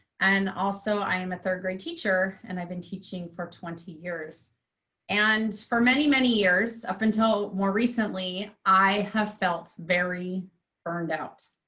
and also i am a third grade teacher and i've been teaching for twenty years and for many, many years, up until more recently, i have felt very burned out.